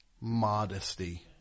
Modesty